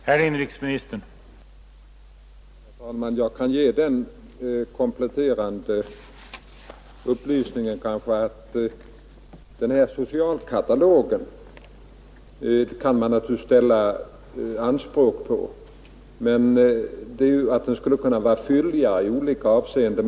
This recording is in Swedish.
Herr talman! Jag kan göra den kompletterande kommentaren att man naturligtvis kan ställa anspråk på att socialkatalogen skulle vara fylligare i olika avseenden.